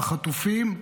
החטופים,